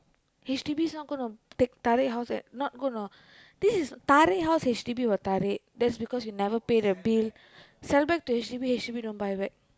H_D_B's not going to take tarik house at not going to this is tarik house H_D_B will tarik that's because you never pay the bill sell back to H_D_B H_D_B don't buy back